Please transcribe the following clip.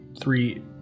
three